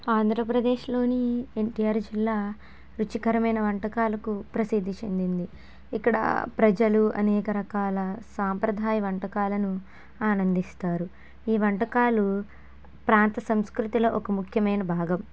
ఆంధ్రప్రదేశ్లోని N T R జిల్లా రుచికరమైన వంటకాలుకు ప్రసిద్ధి చెందింది ఇక్కడ ప్రజలు అనేక రకాల సాంప్రదాయ వంటకాలను ఆనందిస్తారు ఈ వంటకాలు ప్రాంత సంస్కృతిలో ఒక ముఖ్యమైన భాగం